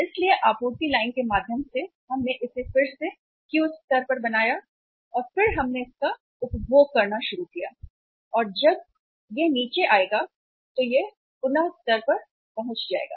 इसलिए आपूर्ति लाइन के माध्यम से हमने इसे फिर से Q स्तर पर बनाया और फिर हमने इसका उपभोग करना शुरू कर दिया और जब यह नीचे आएगा तो यह पुन स्तर पर पहुंच जाएगा